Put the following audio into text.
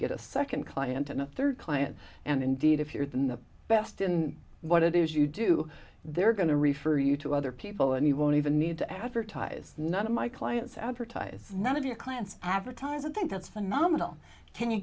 get a second client and a third client and indeed if you're the best in what it is you do they're going to refer you to other people and you won't even need to advertise none of my clients advertise one of your clients advertise i think